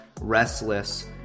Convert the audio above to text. restless